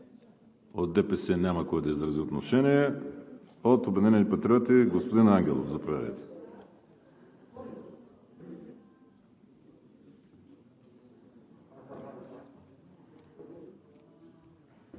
От ДПС няма кой да изрази отношение. От „Обединени патриоти“ – господин Ангелов, заповядайте.